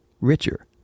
richer